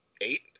eight